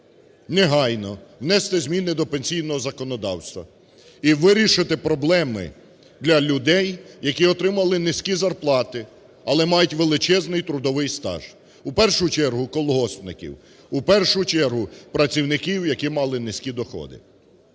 негайно внести зміни до пенсійного законодавства і вирішити проблеми для людей, які отримували низькі зарплати, але мають величезний трудовий стаж, у першу чергу, колгоспників, в першу чергу працівників, які мали низькі доходи.